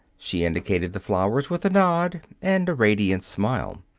she indicated the flowers with a nod and a radiant smile.